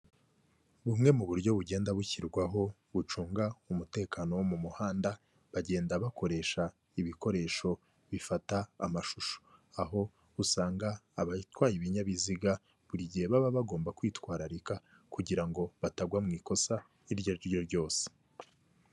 Bumwe mu buryo bugenda bushyirwaho bucunga umutekano wo mu muhanda bagenda, bakoresha ibikoresho bifata amashusho, aho usanga abatwaye ibinyabiziga buri gihe baba bagomba kwitwararika kugira ngo batagwa mu ikosa iryo ariryo ryose.